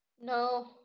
No